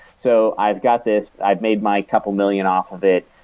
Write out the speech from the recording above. so i've got this, i've made my couple of million off of it.